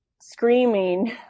screaming